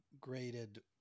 graded